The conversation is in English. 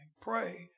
Pray